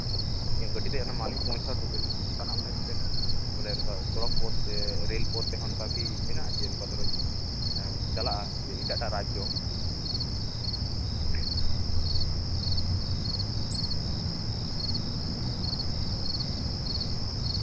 ᱤᱧᱟᱹᱜ ᱜᱟᱹᱰᱤᱛᱮ ᱡᱮᱢᱚᱱ ᱢᱟᱞᱤᱧ ᱯᱳᱶᱪᱷᱟ ᱦᱚᱴᱚ ᱫᱟᱲᱮᱜ ᱚᱱᱠᱟᱱᱟᱜ ᱢᱟᱱᱮ ᱢᱤᱫᱴᱮᱱ ᱵᱚᱞᱮ ᱥᱚᱲᱚᱠ ᱯᱚᱛᱷ ᱥᱮ ᱨᱮᱹᱞ ᱯᱮᱛᱷ ᱛᱮᱸᱦᱚ ᱱᱚᱝᱠᱟ ᱠᱤ ᱢᱮᱱᱟᱜᱼᱟ ᱱᱚᱝᱠᱟ ᱫᱷᱚᱨᱚᱧ ᱪᱟᱞᱟᱜᱼᱟ ᱮᱴᱟᱜ ᱮᱴᱟᱜ ᱨᱟᱡᱽᱡᱚ